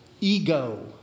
ego